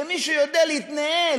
כמי שיודע להתנהל